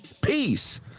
Peace